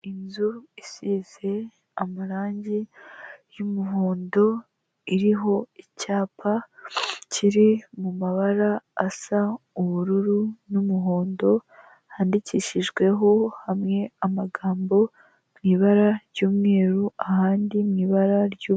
Inzu isize amarangi y'umuhondo iriho icyapa kiri mu mabara asa ubururu n'umuhondo handikishijweho hamwe amagambo mu ibara ry'umweru ahandi mu ibara ry'ubu....